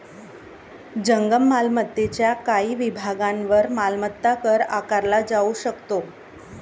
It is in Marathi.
जंगम मालमत्तेच्या काही विभागांवर मालमत्ता कर आकारला जाऊ शकतो